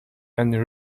and